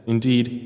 Indeed